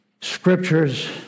scriptures